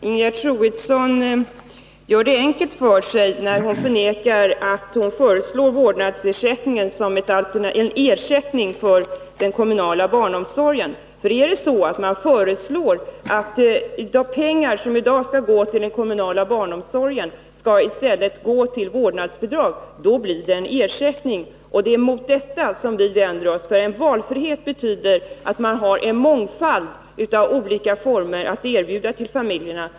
Herr talman! Ingegerd Troedsson gör det enkelt för sig när hon förnekar att hon föreslår vårdnadsbidraget som en ersättning för den kommunala barnomsorgen. Om förslaget går ut på att de pengar som i dag går till den kommunala barnomsorgen i stället skall gå till vårdnadsbidrag, då blir det en ersättning. Det är mot detta som vi vänder oss. Valfrihet betyder att man har en mångfald av olika vårdformer att erbjuda familjerna.